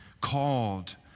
called